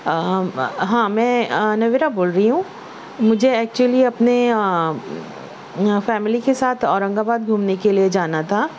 ہاں میں نویرہ بول رہی ہوں مجھے ایکچولی اپنے فیملی کے ساتھ اورنگ آباد گھومنے کے لئے جانا تھا